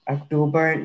October